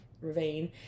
ravine